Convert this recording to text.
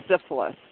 syphilis